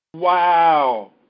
Wow